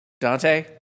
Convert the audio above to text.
Dante